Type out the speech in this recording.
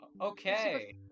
Okay